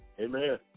amen